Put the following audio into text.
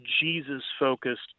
jesus-focused